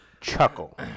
chuckle